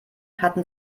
hatten